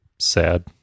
sad